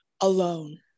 alone